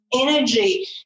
energy